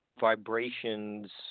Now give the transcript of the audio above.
vibrations